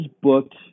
booked